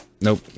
Nope